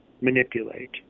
manipulate